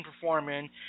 performing